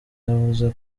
yavuze